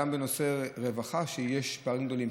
שגם בנושא הרווחה יש פערים גדולים.